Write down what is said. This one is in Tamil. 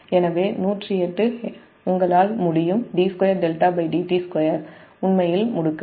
எனவே108 elect degreesec2 உங்களால் முடியும் d2𝜹dt2 உண்மையில் முடுக்கம்